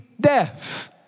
death